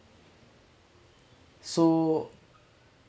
so